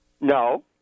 No